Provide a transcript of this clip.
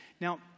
Now